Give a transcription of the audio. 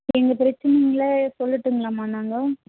எங்கள் பிரச்சனைங்களில் சொல்லட்டுங்களாம்மா நாங்க